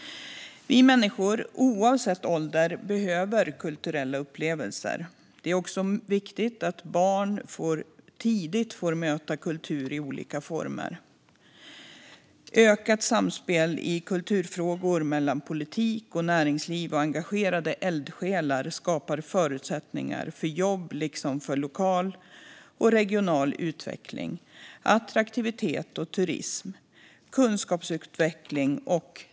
Vi människor, oavsett ålder, behöver kulturella upplevelser. Det är viktigt att barn tidigt får möta kultur i olika former. Ökat samspel i kulturfrågor mellan politik, näringsliv och engagerade eldsjälar skapar förutsättningar för jobb liksom för lokal och regional utveckling, attraktivitet, turism och kunskapsutveckling.